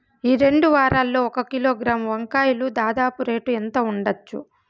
ఈ రెండు వారాల్లో ఒక కిలోగ్రాము వంకాయలు దాదాపు రేటు ఎంత ఉండచ్చు?